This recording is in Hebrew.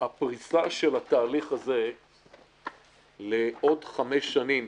הפריסה של התהליך הזה לעוד חמש שנים,